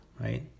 right